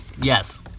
Yes